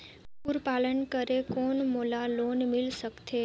कूकरी पालन करे कौन मोला लोन मिल सकथे?